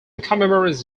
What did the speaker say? commemorates